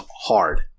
hard